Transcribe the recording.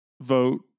vote